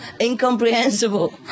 incomprehensible